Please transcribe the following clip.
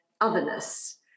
otherness